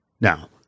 Now